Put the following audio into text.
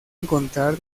encontrar